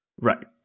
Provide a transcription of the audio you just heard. Right